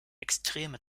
extreme